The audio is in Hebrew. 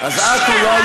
איזו אליטה?